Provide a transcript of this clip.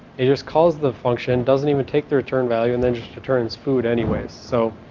it just calls the function, doesn't even take the return value and then just returns food anyways. so